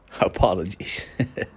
Apologies